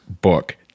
book